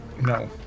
No